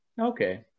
Okay